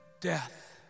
Death